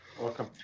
Welcome